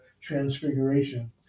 transfiguration